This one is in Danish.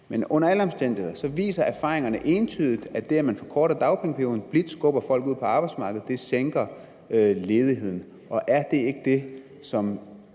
Men under alle omstændigheder viser erfaringerne entydigt, at det, at man forkorter dagpengeperioden og blidt skubber folk ud på arbejdsmarkedet, sænker ledigheden. Er det ikke det, som